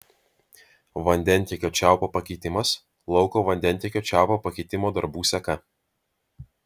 vandentiekio čiaupo pakeitimas lauko vandentiekio čiaupo pakeitimo darbų seka